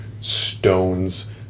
stones